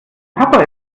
papa